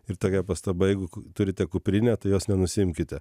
ir tokia pastaba jeigu turite kuprinę tai jos nenusiimkite